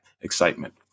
excitement